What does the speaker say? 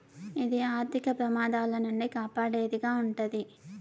ఇది ఆర్థిక ప్రమాదాల నుండి కాపాడేది గా ఉంటది